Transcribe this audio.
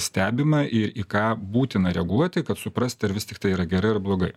stebima ir į ką būtina reaguoti kad suprast ar vis tiktai yra gerai ar blogai